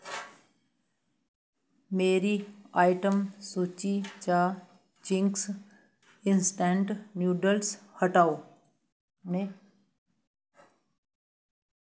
मेरी आइटम सूची चा चिंग्स इंस्टैंट नूडल्स हटाओ में